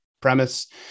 premise